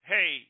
Hey